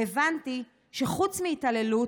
והבנתי שחוץ מהתעללות,